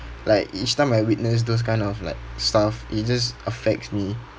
like each time I witness those kind of like stuff it just affects me